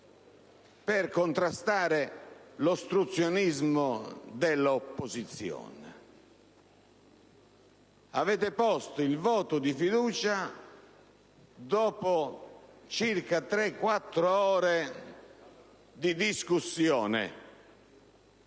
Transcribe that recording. per contrastare l'ostruzionismo dell'opposizione. Avete posto il voto di fiducia dopo circa tre‑quattro ore di discussione,